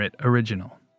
original